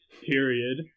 Period